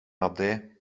abdij